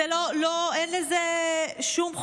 אין לזה שום חוק,